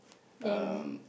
then